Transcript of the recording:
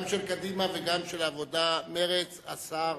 גם של קדימה וגם של העבודה-מרצ, השר